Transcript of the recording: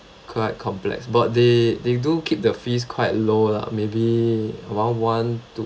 quite complex but they they do keep the fees quite low lah maybe around one to